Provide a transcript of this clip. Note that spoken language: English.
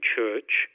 Church